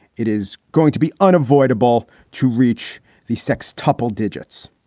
it is going to be unavoidable to reach the sex toppled digits.